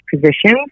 positions